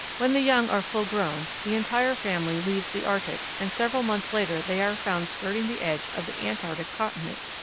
when the young are full grown the entire family leaves the arctic, and several months later they are found skirting the edge of the antarctic continent.